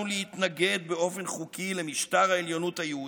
להתנגד באופן חוקי למשטר העליונות היהודית,